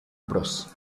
bros